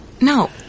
No